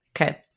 Okay